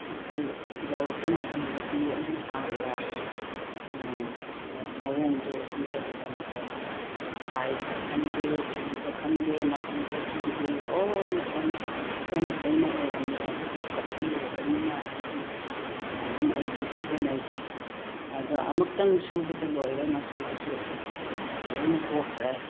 ꯑꯗꯨ ꯌꯧꯔꯛꯄ ꯃꯇꯝꯗꯗꯤ ꯑꯩꯅ ꯄꯥꯝꯕ ꯃꯑꯣꯡꯗꯨ ꯑꯝꯇ ꯑꯣꯏꯔꯝꯗ꯭ꯔꯦ ꯁꯥꯏꯖꯇ ꯈꯪꯗꯦ ꯐꯤꯗ ꯈꯪꯗꯦ ꯃꯆꯨꯗ ꯈꯪꯗꯦ ꯂꯣꯏꯅ ꯑꯣꯟꯅ ꯑꯣꯟꯅ ꯇꯩꯅ ꯑꯣꯏꯔꯝꯃꯦ ꯑꯗꯨꯕꯨ ꯀꯛꯁꯤꯜꯂꯨꯔꯕꯅꯤꯅ ꯍꯥꯏꯗꯨꯅ ꯑꯗꯨꯝ ꯑꯩꯗꯨ ꯁꯤꯖꯤꯟꯅꯩ ꯑꯗꯣ ꯑꯃꯛꯇꯪ ꯁꯨꯕꯗ ꯂꯣꯏꯔꯦ ꯃꯆꯨꯗꯨꯁꯨ ꯂꯣꯏꯅ ꯀꯣꯛꯈ꯭ꯔꯦ